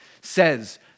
says